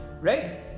Right